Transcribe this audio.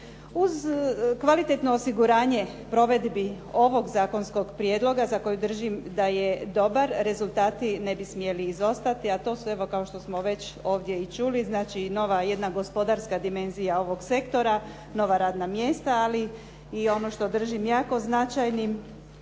Kvalitetno osiguranje provedbi ovog zakonskog prijedlog za koji držim da je dobar rezultati ne bi smjeli izostati a to su kao što smo već ovdje i čuli znači nova jedna gospodarska dimenzija ovog sektora, nova radna mjesta ali i ono što držim jako značajnim